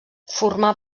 formà